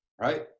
right